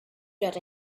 that